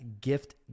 gift